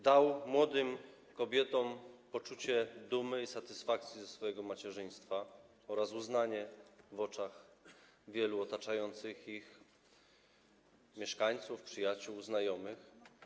Dał młodym kobietom poczucie dumy i satysfakcji z macierzyństwa oraz uznanie w oczach wielu otaczających je mieszkańców, przyjaciół, znajomych.